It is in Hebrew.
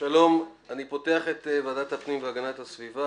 אני פותח את ישיבת ועדת הפנים והגנת הסביבה